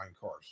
cars